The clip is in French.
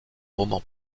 romans